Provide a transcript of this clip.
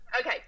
Okay